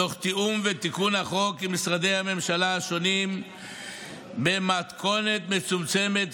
תוך תיקונו בתיאום עם משרדי הממשלה השונים במתכונת מצומצמת